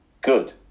good